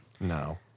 No